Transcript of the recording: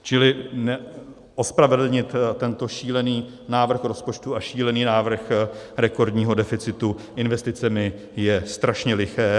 Čili ospravedlnit tento šílený návrh rozpočtu a šílený návrh rekordního deficitu investicemi je strašně liché.